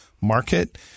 market